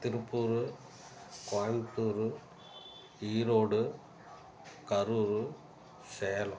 Tiruppur Coimbatore Erode Karur Salem